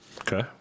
Okay